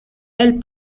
elle